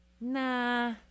Nah